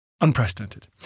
Unprecedented